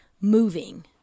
moving